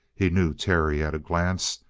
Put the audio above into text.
he knew terry at a glance,